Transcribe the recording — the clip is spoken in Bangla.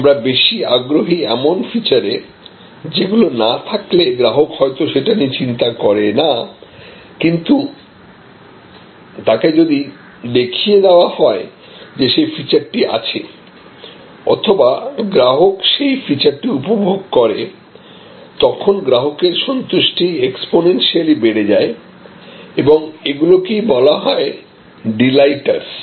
আমরা বেশি আগ্রহী এমন ফিচারে যেগুলি না থাকলে গ্রাহক হয়তো সেটা নিয়ে চিন্তা করে না কিন্তু তাকে যদি দেখিয়ে দেওয়া হয় যে সেই ফিচারটি আছে অথবা গ্রাহক সেই ফিচারটি উপভোগ করে তখন গ্রাহকের সন্তুষ্টি এক্সপোনেনশিয়ালি বেড়ে যায় এবং এগুলোকেই বলা হয় ডিলাইটারস